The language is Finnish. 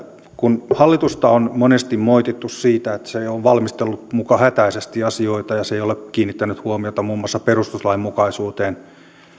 kun hallitusta on monesti moitittu siitä että se on valmistellut muka hätäisesti asioita ja se ei ole kiinnittänyt huomiota muun muassa perustuslainmukaisuuteen niin